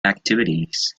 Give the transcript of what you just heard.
activities